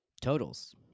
Totals